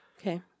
Okay